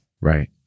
Right